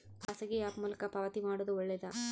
ಖಾಸಗಿ ಆ್ಯಪ್ ಮೂಲಕ ಪಾವತಿ ಮಾಡೋದು ಒಳ್ಳೆದಾ?